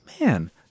man